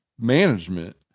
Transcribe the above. management